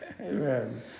amen